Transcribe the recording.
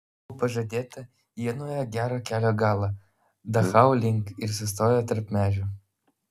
kaip buvo pažadėta jie nuėjo gerą kelio galą dachau link ir sustojo tarp medžių